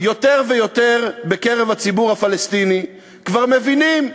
יותר ויותר בקרב הציבור הפלסטיני כבר מבינים,